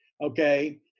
okay